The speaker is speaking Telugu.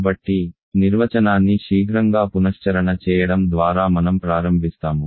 కాబట్టి నిర్వచనాన్ని శీఘ్రంగా పునశ్చరణ చేయడం ద్వారా మనం ప్రారంభిస్తాము